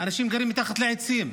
אנשים גרים מתחת לעצים.